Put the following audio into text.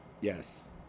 Yes